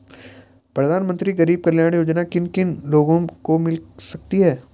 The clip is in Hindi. प्रधानमंत्री गरीब कल्याण योजना किन किन लोगों को मिल सकती है?